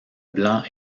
blanc